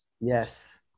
Yes